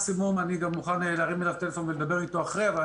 מקסימום אני מוכן להרים אליו טלפון ולדבר איתו אחרי כן.